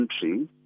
country